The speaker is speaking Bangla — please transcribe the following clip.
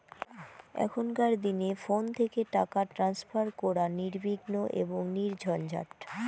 এখনকার দিনে ফোন থেকে টাকা ট্রান্সফার করা নির্বিঘ্ন এবং নির্ঝঞ্ঝাট